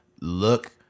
Look